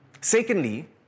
Secondly